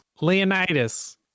Leonidas